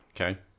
Okay